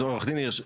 עוה"ד הירש,